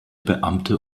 beamte